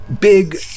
big